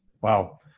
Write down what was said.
Wow